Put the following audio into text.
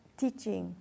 teaching